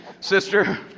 sister